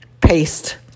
paste